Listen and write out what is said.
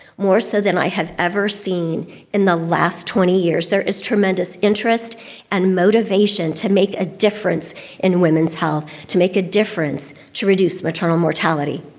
more so than i have ever seen in the last twenty years, there is tremendous interest and motivation to make a difference in women's health, to make a difference to reduce maternal mortality.